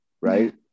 right